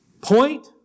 point